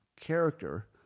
character